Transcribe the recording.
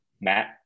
Matt